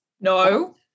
No